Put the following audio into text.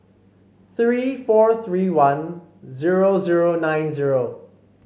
three four three one zero zero nine zero